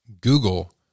Google